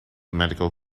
medical